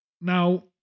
Now